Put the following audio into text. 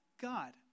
God